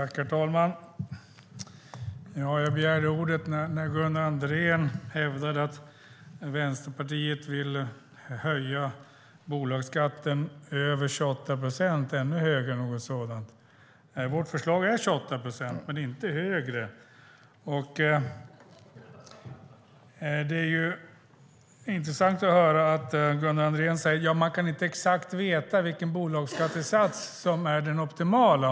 Herr talman! Jag begärde ordet när Gunnar Andrén hävdade att Vänsterpartiet vill höja bolagsskatten till över 28 procent och ännu högre. Vårt förslag är 28 procent, men inte högre. Det är intressant att höra att Gunnar Andrén säger att man inte kan veta exakt vilken bolagsskattesats som är den optimala.